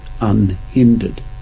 unhindered